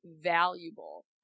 valuable